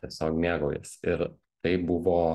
tiesiog mėgaujiesi ir tai buvo